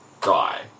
guy